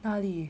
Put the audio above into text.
哪里